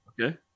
Okay